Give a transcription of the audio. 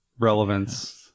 relevance